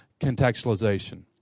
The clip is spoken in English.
contextualization